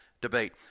debate